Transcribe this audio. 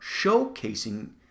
showcasing